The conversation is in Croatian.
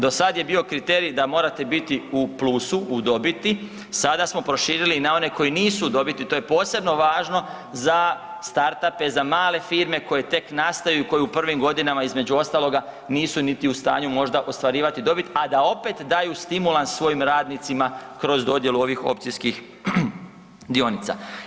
Do sad je bio kriterij da morate biti u plusu, u dobiti, sada smo proširili i na one koji nisu u dobiti, to je posebno važno za startape, za male firme koje tek nastaju, koje u prvim godinama između ostaloga nisu niti u stanju možda ostvarivati dobit, a da opet daju stimulans svojim radnicima kroz dodjelu ovih opcijskih dionica.